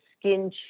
skin